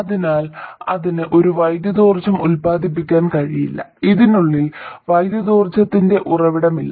അതിനാൽ അതിന് ഒരു വൈദ്യുതിയോർജ്ജം ഉത്പാദിപ്പിക്കാൻ കഴിയില്ല അതിനുള്ളിൽ വൈദ്യുതിയോർജ്ജത്തിന്റെ ഉറവിടമില്ല